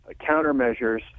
Countermeasures